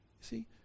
See